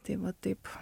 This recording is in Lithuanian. tai va taip